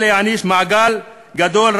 אלא יעניש מעגל גדול,